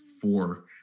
four